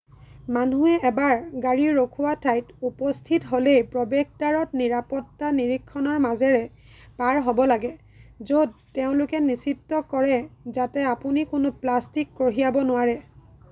মানুহে এবাৰ গাড়ী ৰখোৱা ঠাইত উপস্থিত হ'লেই প্ৰৱেশদ্বাৰত নিৰাপত্তা নিৰীক্ষণৰ মাজেৰে পাৰ হ'ব লাগে য'ত তেওঁলোকে নিশ্চিত কৰে যাতে আপুনি কোনো প্লাষ্টিক কঢ়িয়াব নোৱাৰে